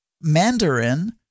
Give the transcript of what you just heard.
Mandarin